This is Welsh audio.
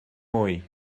mwy